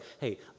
hey